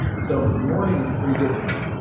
so morning is pretty good for me.